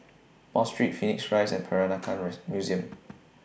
Mosque Street Phoenix Rise and Peranakan Museum